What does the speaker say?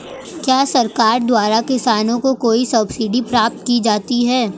क्या सरकार द्वारा किसानों को कोई सब्सिडी प्रदान की जाती है?